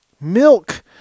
Milk